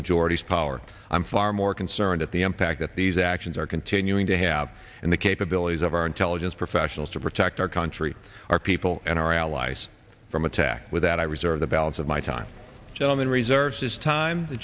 majority's power i'm far more concerned at the impact that these actions are continuing to have and the capabilities of our intelligence professionals to protect our country our people and our allies from attack with that i reserve the balance of my time on the reserves this time the